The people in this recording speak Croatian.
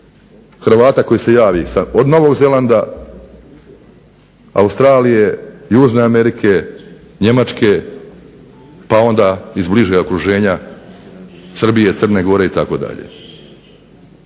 Hrvata koji se javi od Novog Zelanda, Australije, Južne Amerike, Njemačke pa onda iz bližeg okruženja Srbije, Crne gore itd.